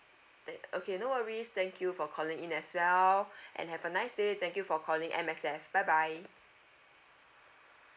that okay no worries thank you for calling in as well and have a nice day thank you for calling M_S_F bye bye